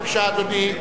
בבקשה, אדוני.